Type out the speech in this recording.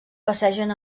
passegen